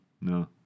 No